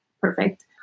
perfect